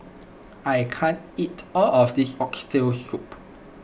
I can't eat all of this Oxtail Soup